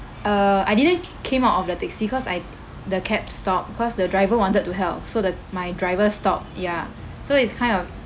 uh I didn't came out of the taxi cause I the cab stopped because the driver wanted to help so the my driver stopped ya so it's kind of